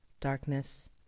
darkness